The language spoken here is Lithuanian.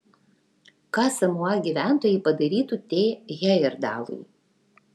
ką samoa gyventojai padarytų t hejerdalui